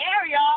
area